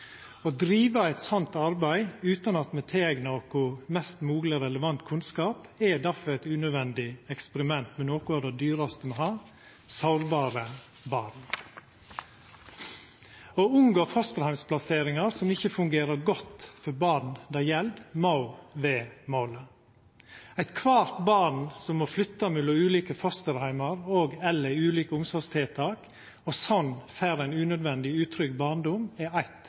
Å driva eit sånt arbeid utan at me tileignar oss mest mogleg relevant kunnskap, er derfor eit unødvendig eksperiment med noko av det dyraste me har: sårbare barn. Å unngå fosterheimsplasseringar som ikkje fungerer godt for barna det gjeld, må vera målet. Eitkvart barn som må flytta mellom ulike fosterheimar og/eller ulike omsorgstiltak, og sånn får ein unødvendig utrygg barndom, er eitt